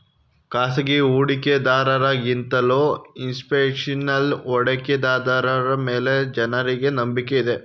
ಖಾಸಗಿ ಹೂಡಿಕೆದಾರರ ಗಿಂತಲೂ ಇನ್ಸ್ತಿಟ್ಯೂಷನಲ್ ಹೂಡಿಕೆದಾರರ ಮೇಲೆ ಜನರಿಗೆ ನಂಬಿಕೆ ಇದೆ